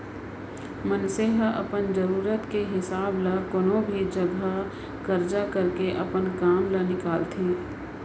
मनसे ह अपन जरूरत के हिसाब ल कोनो भी जघा करजा करके अपन काम ल निकालथे